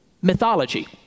mythology